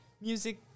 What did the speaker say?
music